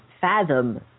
fathom